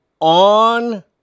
on